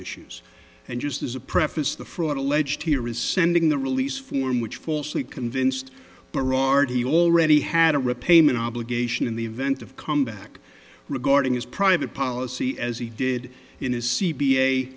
issues and just as a preface the fraud alleged here is sending the release form which falsely convinced berard he already had a repayment obligation in the event of comeback regarding his private policy as he did in his c